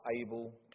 able